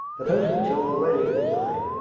the buildings are already designed.